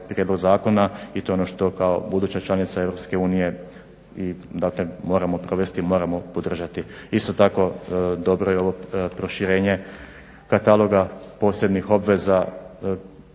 prijedlog zakona i to je ono što kao buduća članica EU i dakle moramo provesti, moramo podržati. Isto tako dobro je ovo proširenje kataloga posebnih obveza